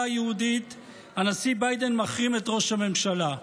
היהודית הנשיא ביידן מחרים את ראש הממשלה.